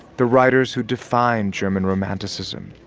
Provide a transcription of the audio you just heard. the writers who defined german romanticism